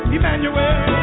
Emmanuel